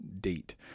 date